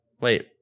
Wait